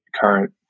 current